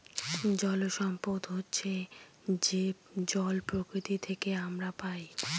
জল সম্পদ হচ্ছে যে জল প্রকৃতি থেকে আমরা পায়